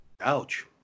Ouch